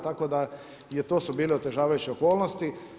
Tako da, to su bile otežavajuće okolnosti.